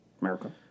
America